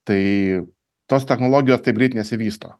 tai tos technologijos taip greit nesivysto